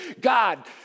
God